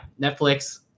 Netflix